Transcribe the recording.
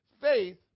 Faith